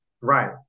Right